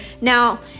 Now